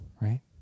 right